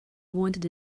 wanted